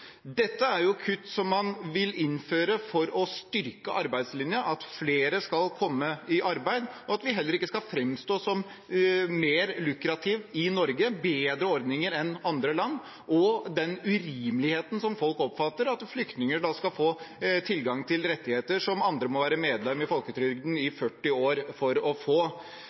Dette er kutt man vil innføre for å styrke arbeidslinjen, slik at flere skal komme i arbeid, og for at det ikke skal fremstå som mer lukrativt i Norge, at vi har bedre ordninger enn andre land, og den urimeligheten som folk oppfatter ved at flyktninger skal få tilgang til rettigheter som andre må være medlem i folketrygden i 40 år for å få.